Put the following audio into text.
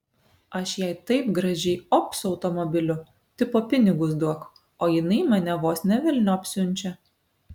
aš jai taip gražiai op su automobiliu tipo pinigus duok o jinai mane vos ne velniop siunčia